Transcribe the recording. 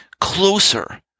closer